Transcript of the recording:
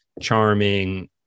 charming